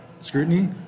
scrutiny